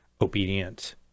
obedient